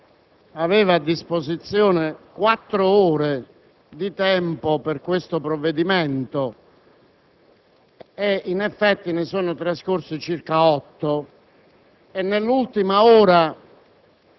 Io credo che, contrariamente a quanto affermato da qualcuno, questa Presidenza sia stata sufficientemente attenta e paziente nel riconoscere il diritto alla parola all'Assemblea.